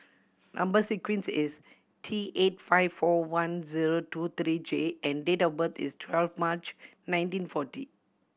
number sequence is T eight five four one zero two three J and date of birth is twelve March nineteen forty